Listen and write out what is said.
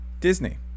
Disney